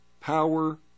power